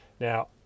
Now